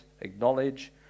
acknowledge